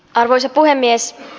arvoisa puhemies